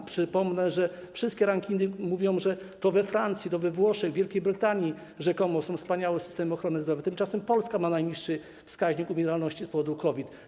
A przypomnę, że wszystkie rankingi mówią, że to we Francji, we Włoszech, w Wielkiej Brytanii rzekomo są wspaniałe systemy ochrony zdrowia, tymczasem Polska ma najniższy wskaźnik umieralności z powodu COVID.